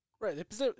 Right